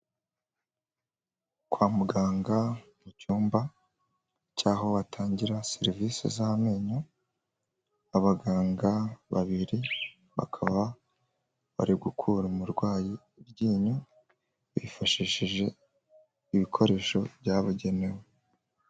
Kwa muganga mu cyumba cy'aho watangira serivisi z'amenyo abaganga babiri bakaba bari gukura umurwayi iryinyo bifashishije ibikoresho byabugenewe.